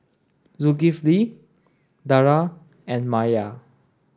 Zulkifli Dara and Maya